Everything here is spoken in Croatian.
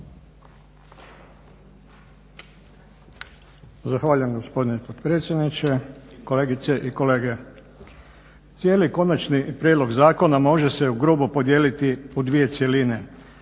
Zahvaljujem gospodine potpredsjedniče, kolegice i kolege. Cijeli konačni prijedlog zakona može se ugrubo podijeliti u dvije cjeline.